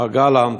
מר גלנט.